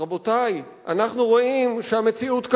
רבותי, אנחנו רואים שהמציאות קשה,